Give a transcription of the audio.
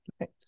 Right